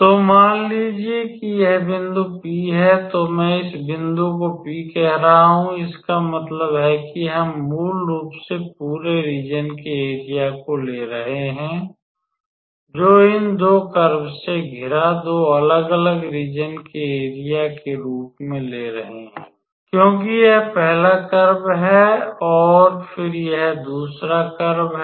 तो मान लीजिए कि यह बिंदु P है तो मैं इस बिंदु को P कह रहा हूं इसका मतलब है कि हम मूल रूप से पूरे रीज़न के एरिया को ले रहे हैं जो इन 2 कर्व से घिरा 2 अलग अलग रीज़न के एरिया के रूप में ले रहे हैं क्योंकि यह पहला कर्व है और फिर यह दूसरा कर्व है